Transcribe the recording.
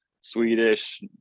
Swedish